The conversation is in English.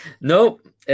Nope